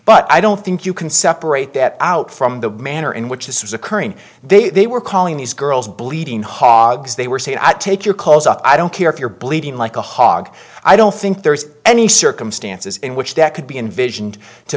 but i don't think you can separate that out from the manner in which this was occurring they were calling these girls bleeding hogs they were saying i take your calls i don't care if you're bleeding like a hog i don't think there's any circumstances in which that could be envisioned to